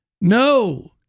no